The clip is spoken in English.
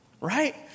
right